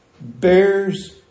bears